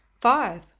Five